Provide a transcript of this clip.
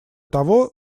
того